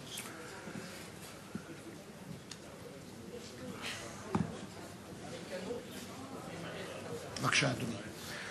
בבקשה, אדוני.